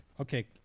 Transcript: Okay